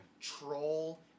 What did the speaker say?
troll